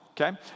Okay